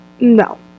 No